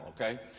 okay